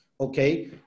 okay